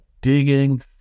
digging